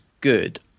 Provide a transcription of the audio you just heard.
good